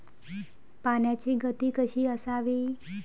पाण्याची गती कशी असावी?